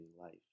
life